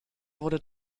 wurde